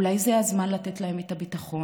אולי זה הזמן לתת להם את הביטחון?